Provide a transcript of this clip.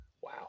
Wow